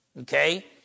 okay